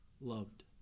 loved